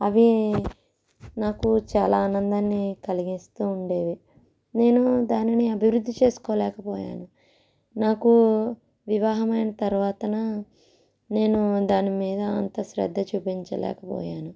అవి నాకు చాలా ఆనందాన్ని కలిగిస్తూ ఉండేవి నేను దానిని అభివృద్ధి చేసుకోలేక పోయాను నాకు వివాహమైన తర్వాతనే నేను దాని మీద అంత శ్రద్ద చూపించలేకపోయాను